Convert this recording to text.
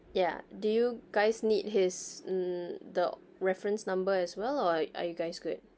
ya do you guys need his um the reference number as well or are you guys good